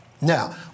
Now